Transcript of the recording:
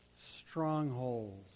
strongholds